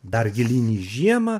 dar gilyn į žiemą